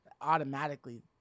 automatically